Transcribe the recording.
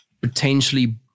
potentially